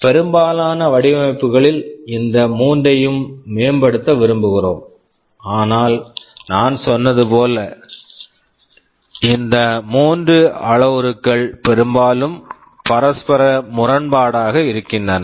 பெரும்பாலான வடிவமைப்புகளில் இந்த மூன்றையும் மேம்படுத்த விரும்புகிறோம் ஆனால் நான் சொன்னது போல இந்த மூன்று அளவுருக்கள் பெரும்பாலும் பரஸ்பர முரண்பாடாக இருக்கின்றன